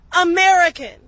American